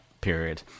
period